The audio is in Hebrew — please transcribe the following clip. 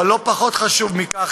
אבל לא פחות חשוב מכך,